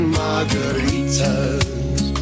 margaritas